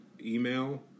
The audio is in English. email